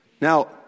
Now